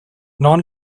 non